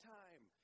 time